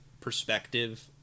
perspective